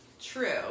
True